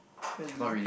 really